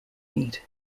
meat